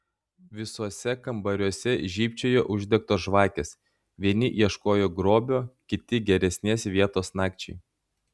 visuose kambariuose žybčiojo uždegtos žvakės vieni ieškojo grobio kiti geresnės vietos nakčiai